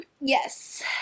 Yes